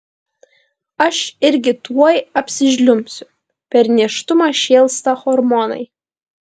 aš irgi tuoj apsižliumbsiu per nėštumą šėlsta hormonai